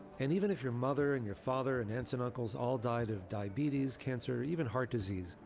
and even if your mother and your father and aunts and uncles all died of diabetes, cancer, even heart disease,